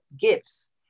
gifts